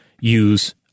use –